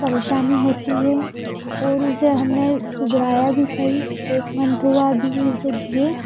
परेशानी होती है और उसे हमने सुधराया भी सही एक मंतवा ढील उसे दिए